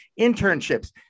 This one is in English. internships